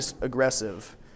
aggressive